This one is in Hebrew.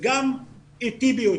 וגם איטי ביותר.